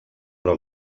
però